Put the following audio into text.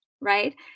right